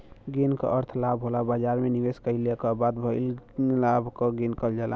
gain क अर्थ लाभ होला बाजार में निवेश कइले क बाद भइल लाभ क गेन कहल जाला